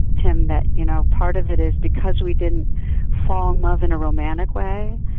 tim, that you know part of it is, because we didn't fall in love in a romantic way,